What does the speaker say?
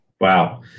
Wow